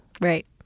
Right